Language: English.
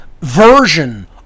version